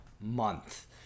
month